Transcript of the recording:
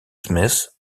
smith